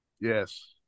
Yes